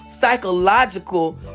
psychological